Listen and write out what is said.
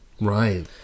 Right